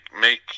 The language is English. make